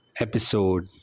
episode